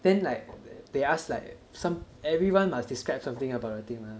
then like they ask like some everyone must describe something about the thing lah